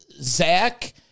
zach